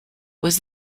was